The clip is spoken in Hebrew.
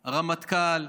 הרמטכ"ל,